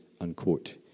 unquote